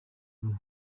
ubu